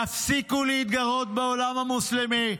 תפסיקו להתגרות בעולם המוסלמי.